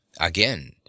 Again